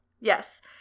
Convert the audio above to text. Yes